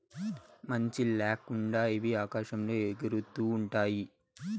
మంచి ల్యాకుండా ఇవి ఆకాశంలో ఎగురుతూ ఉంటాయి